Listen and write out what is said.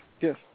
Yes